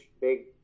big